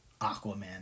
Aquaman